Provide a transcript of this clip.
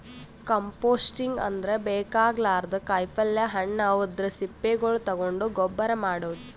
composting ಅಂದ್ರ ಬೇಕಾಗಲಾರ್ದ್ ಕಾಯಿಪಲ್ಯ ಹಣ್ಣ್ ಅವದ್ರ್ ಸಿಪ್ಪಿಗೊಳ್ ತಗೊಂಡ್ ಗೊಬ್ಬರ್ ಮಾಡದ್